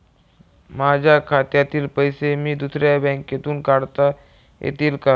माझ्या खात्यातील पैसे मी दुसऱ्या बँकेतून काढता येतील का?